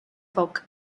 folk